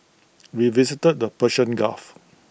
we visited the Persian gulf